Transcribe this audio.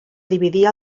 dividir